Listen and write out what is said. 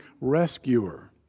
rescuer